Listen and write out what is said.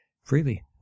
freely